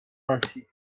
lancy